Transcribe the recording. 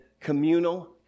communal